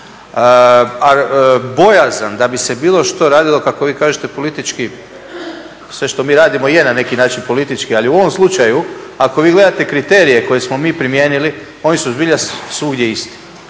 bojazan da bi se bilo što radilo kako vi kažete politički, sve što mi radimo je na neki način politički, ali u ovom slučaju ako vi gledate kriterije koje smo mi primijenili oni su zbilja svugdje isti.